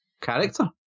character